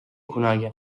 kunagi